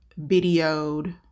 videoed